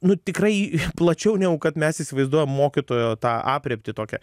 nu tikrai plačiau negu kad mes įsivaizduojam mokytojo tą aprėptį tokią